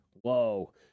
Whoa